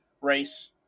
race